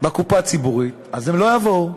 בקופה הציבורית, הם לא יבואו.